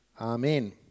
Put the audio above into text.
Amen